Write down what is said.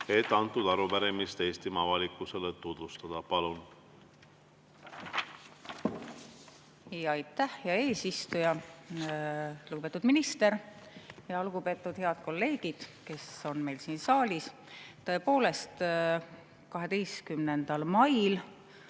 et antud arupärimist Eestimaa avalikkusele tutvustada. Palun! Aitäh, hea eesistuja! Lugupeetud minister! Lugupeetud head kolleegid, kes on siin saalis! Tõepoolest, 12. mail